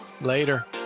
Later